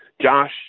josh